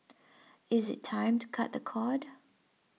is it time to cut the cord